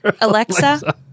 Alexa